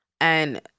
and-